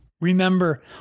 Remember